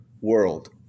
world